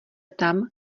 tam